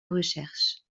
recherche